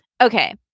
Okay